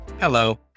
Hello